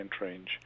range